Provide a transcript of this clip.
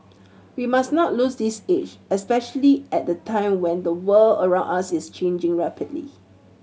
we must not lose this edge especially at the time when the world around us is changing rapidly